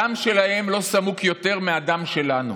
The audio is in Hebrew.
הדם שלהם לא סמוק יותר מהדם שלנו,